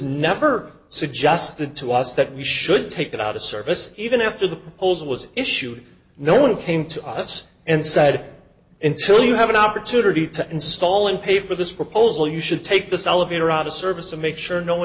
never suggested to us that we should take it out of service even after the polls was issued no one came to us and said until you have an opportunity to install and pay for this proposal you should take this elevator out of service and make sure no one